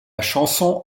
chanson